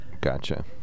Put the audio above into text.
gotcha